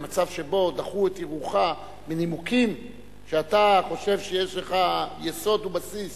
במצב שבו דחו את ערעורך מנימוקים שאתה חושב שיש לך יסוד ובסיס